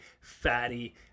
fatty